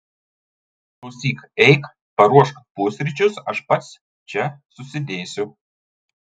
klausyk eik paruošk pusryčius aš pats čia susidėsiu